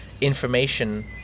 information